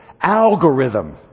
algorithm